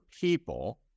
people